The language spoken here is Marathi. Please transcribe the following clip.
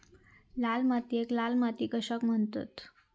लाल मातीयेक लाल माती कशाक म्हणतत?